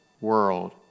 world